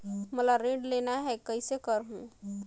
मोला ऋण लेना ह, कइसे करहुँ?